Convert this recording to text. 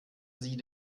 sie